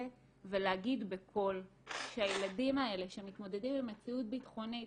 ולהגיד בקול שהילדים האלה שמתמודדים עם מציאות ביטחונית,